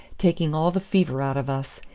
taking all the fever out of us,